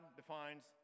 defines